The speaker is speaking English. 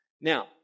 Now